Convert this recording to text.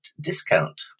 discount